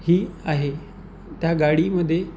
ही आहे त्या गाडीमध्ये